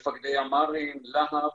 מפקדי ימ"רים, להב,